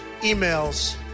emails